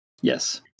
Yes